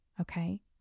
Okay